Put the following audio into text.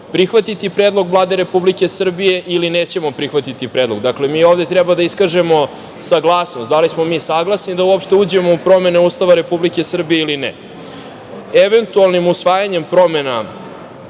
prihvatiti predlog Vlade Republike Srbije ili nećemo prihvatiti predlog. Dakle, mi ovde treba da iskažemo saglasnost, da li smo mi saglasni da uopšte uđemo u promene Ustava Republike Srbije ili ne. Eventualnim usvajanjem predloga